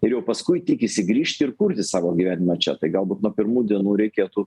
ir jau paskui tikisi grįžti ir kurti savo gyvenimą čia tai galbūt nuo pirmų dienų reikėtų